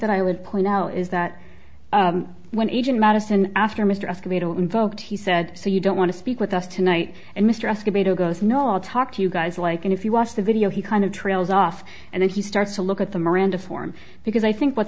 that i would point out is that when agent madison after mr escovedo invoked he said so you don't want to speak with us tonight and mr escobedo goes no i'll talk to you guys like and if you watch the video he kind of trails off and then he starts to look at the miranda form because i think what's